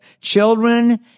children